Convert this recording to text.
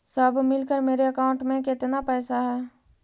सब मिलकर मेरे अकाउंट में केतना पैसा है?